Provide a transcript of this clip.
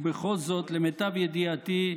ובכל זאת, למיטב ידיעתי,